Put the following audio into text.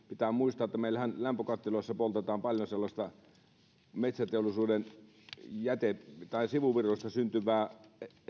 pitää muistaa että meillähän lämpökattiloissa poltetaan paljon sellaista metsäteollisuuden sivuvirroista syntyvää